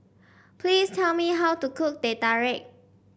please tell me how to cook Teh Tarik